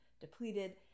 depleted